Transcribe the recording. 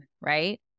right